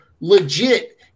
legit